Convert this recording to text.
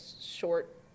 short